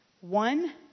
One